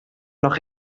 noch